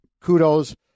kudos